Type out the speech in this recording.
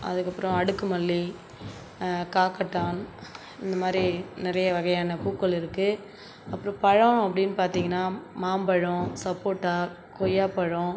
அதுக்கப்பறம் அடுக்கு மல்லி காக்கட்டான் இந்த மாதிரி நிறைய வகையான பூக்கள் இருக்கு அப்றம் பழம் அப்படினு பார்த்திங்கனா மாம்பழம் சப்போட்டா கொய்யா பழம்